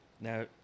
Now